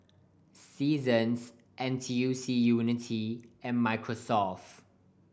Seasons N T U C Unity and Microsoft